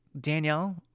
Danielle